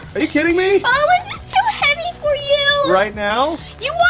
are you kidding me? oh is this too heavy for you? right now? you